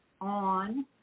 on